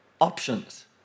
options